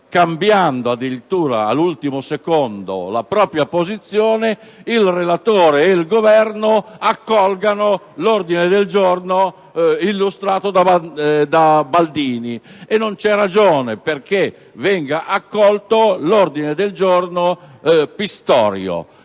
cambiando addirittura all'ultimo secondo la propria posizione, il relatore e il Governo debbano accogliere l'ordine del giorno illustrato dal senatore Baldini. E non vi è ragione perché venga accolto l'ordine del giorno del